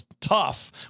tough